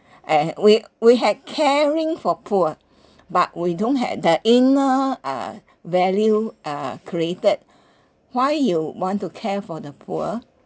eh we we had caring for poor but we don't have the inner uh value uh created why you want to care for the poor